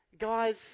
guys